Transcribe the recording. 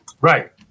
Right